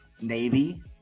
Navy